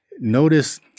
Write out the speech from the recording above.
Notice